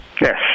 Yes